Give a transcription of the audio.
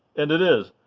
and it is.